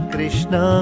Krishna